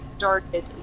Started